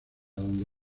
donde